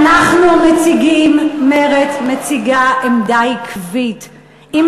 אנחנו מציגים, מרצ מציגה עמדה עקבית.